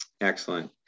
Excellent